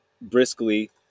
briskly